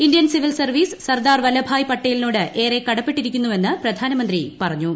Indian civil service Sardar Vallabhbhai പട്ടേലിനോട് ഏറെ കടപ്പെട്ടിരിക്കുന്നുവെന്ന് പ്രധാനമന്ത്രി പറഞ്ഞു